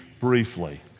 briefly